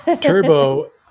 Turbo